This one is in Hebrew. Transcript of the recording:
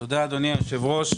תודה, אדוני היושב-ראש.